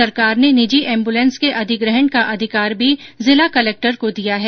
सरकार ने निजी एम्बूलेंसों के अधिग्रहण का अधिकार भी जिला कलेक्टर को दिया है